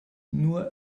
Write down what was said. nur